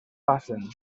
passen